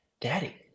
daddy